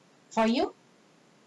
for you